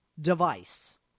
device